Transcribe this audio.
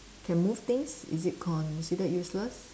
can move things is it considered useless